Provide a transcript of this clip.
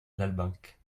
lalbenque